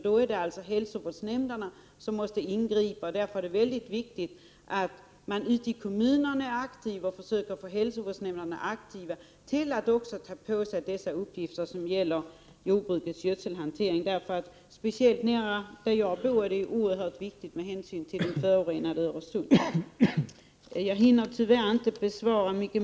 Då är det hälsovårdsnämnderna som måste ingripa. Därför är det viktigt Prot. 1988/89:44 att man är aktiv i kommunerna och försöker aktivera hälsovårdsnämnderna 13 december 1988 att ta på sig uppgifterna som gäller jordbrukets gödselhantering. Speciellt nära min hemort är detta oerhört viktigt med hänsyn till det förorenade Särskilda åtgärder med Öresund. anledning av algblom Jag hinner tyvärr inte besvara fler frågor.